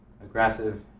aggressive